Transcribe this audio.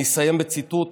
אני אסיים בציטוט